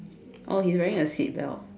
oh he's wearing a seatbelt